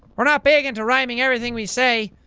we're not big into rhyming everything we say.